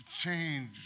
Change